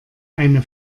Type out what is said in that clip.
eine